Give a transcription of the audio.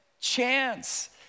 chance